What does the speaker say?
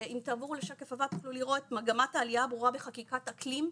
אם תסתכלו בשקף הבא תוכלו לראות את מגמת העלייה הברורה בחקיקת אקלים,